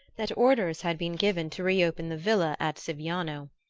that orders had been given to reopen the villa at siviano.